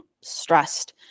stressed